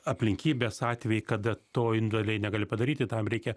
aplinkybės atvejai kada to individualiai negali padaryti tam reikia